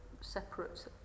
separate